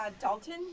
Dalton